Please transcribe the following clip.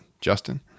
Justin